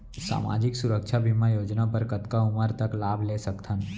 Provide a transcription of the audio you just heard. सामाजिक सुरक्षा बीमा योजना बर कतका उमर तक लाभ ले सकथन?